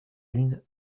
lune